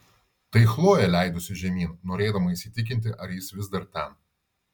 tai chlojė leidosi žemyn norėdama įsitikinti ar jis vis dar ten